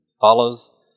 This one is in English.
follows